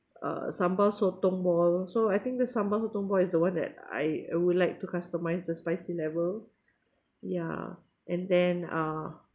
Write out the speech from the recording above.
uh sambal sotong ball so I think the sambal sotong ball is the one that I I would like to customize the spicy level ya and then uh